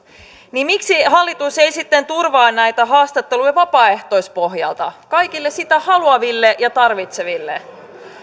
niin miksi hallitus ei sitten turvaa näitä haastatteluja vapaaehtoispohjalta kaikille niitä haluaville ja tarvitseville